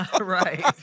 Right